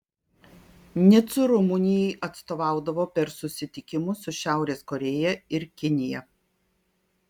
nicu rumunijai atstovaudavo per susitikimus su šiaurės korėja ir kinija